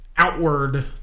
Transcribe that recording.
outward